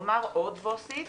אני רוצה להוסיף